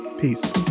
Peace